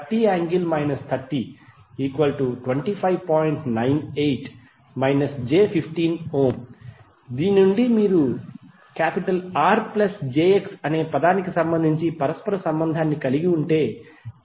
98 j15 Ω దీని నుండి మీరు R ప్లస్ jx అనే పదానికి సంబంధించి పరస్పర సంబంధం కలిగి ఉంటే Z 25